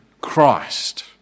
Christ